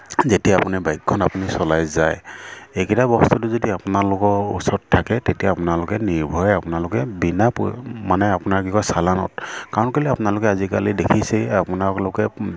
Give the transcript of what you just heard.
যেতিয়া আপুনি বাইকখন আপুনি চলাই যায় এইকেইটা বস্তুটো যদি আপোনালোকৰ ওচৰত থাকে তেতিয়া আপোনালোকে নিৰ্ভয়ে আপোনালোকে বিনা মানে আপোনাৰ কি কয় চালানত কাৰণ কেলৈ আপোনালোকে আজিকালি দেখিছেই আপোনালোকে